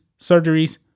surgeries